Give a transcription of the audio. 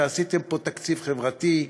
שעשיתם פה תקציב חברתי,